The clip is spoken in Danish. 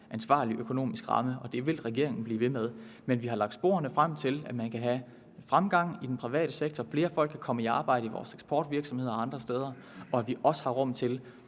ansvarlig økonomisk ramme, og det vil regeringen blive ved med. Men vi har lagt sporene ud til, at man kan have fremgang i den private sektor; flere folk kan komme i arbejde i vores eksportvirksomheder og andre steder, og vi vil også have rum til